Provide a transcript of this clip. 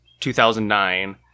2009